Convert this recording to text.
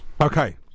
Okay